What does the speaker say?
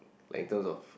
like in terms of